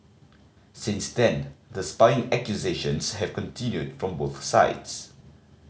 since then the spying accusations have continued from both sides